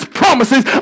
promises